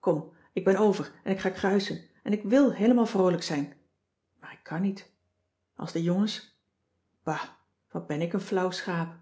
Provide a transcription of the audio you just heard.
kom ik ben over en ik ga kruisen en ik wl heelemaal vroolijk zijn maar ik kan niet als de jongens ba wat ben ik een flauw schaap